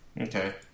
Okay